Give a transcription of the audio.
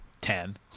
ten